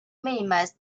minimize